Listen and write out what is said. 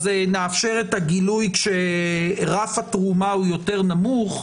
נאפשר את הגילוי כשרף התרומה הוא יותר נמוך?